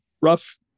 rough